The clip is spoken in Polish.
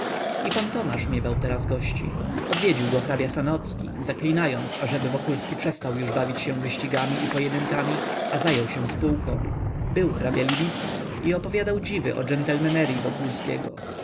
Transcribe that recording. i pan tomasz miewał teraz gości odwiedził go hrabia sanocki zaklinając ażeby wokulski przestał już bawić się wyścigami i pojedynkami a zajął się spółką był hrabia libicki i opowiadał dziwy o